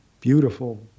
beautiful